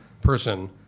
person